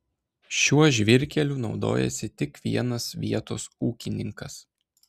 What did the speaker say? šiuo žvyrkeliu naudojasi tik vienas vietos ūkininkas